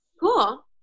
Cool